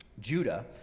Judah